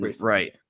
Right